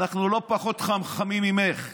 אנחנו לא פחות חכמים ממך.